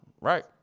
Right